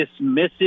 dismissive